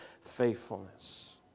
faithfulness